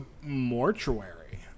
mortuary